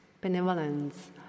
benevolence